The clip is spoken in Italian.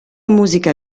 musica